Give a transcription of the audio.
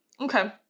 Okay